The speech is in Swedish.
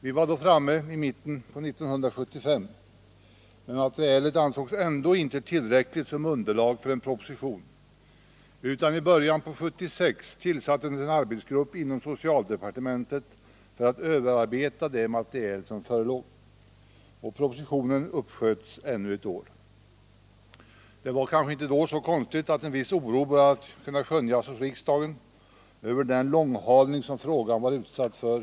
Vi var då framme vid mitten av 1975, men materialet ansågs ändå inte tillräckligt som underlag för en proposition. I början av 1976 tillsattes en arbetsgrupp inom socialdepartementet för att överarbeta det föreliggande materialet. Propositionen uppsköts ännu ett år. Det var därför kanske inte så konstigt att en viss oro började skönjas inom riksdagen över den långhalning som frågan var utsatt för.